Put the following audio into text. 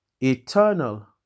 eternal